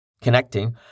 Connecting